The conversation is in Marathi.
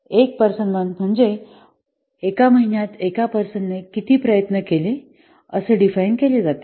एक पर्सन मंथ म्हणजे एका महिन्यात एका पर्सन ने किती प्रयत्न केले असे डिफाइन केले जाते